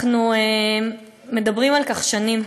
אנחנו מדברים על כך שנים,